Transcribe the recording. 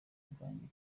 bwanjye